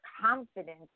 confidence